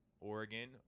Oregon